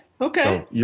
okay